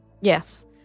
Yes